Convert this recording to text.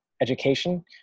education